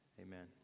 amen